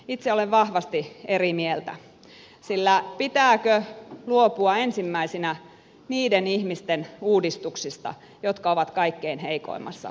itse olen vahvasti eri mieltä sillä pitääkö luopua ensimmäisenä niiden ihmisten uudistuksista jotka ovat kaikkein heikoimmassa asemassa